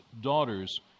daughters